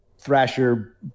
Thrasher